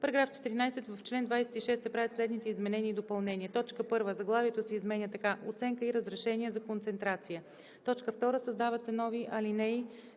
§ 14: § 14. В чл. 26 се правят следните изменения и допълнения: „1. Заглавието се изменя така: „Оценка и разрешение за Концентрация“. 2. Създават се нови ал.